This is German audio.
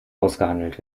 ausgehandelt